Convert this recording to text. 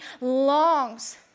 longs